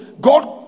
God